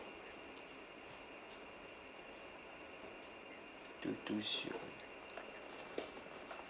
two two zero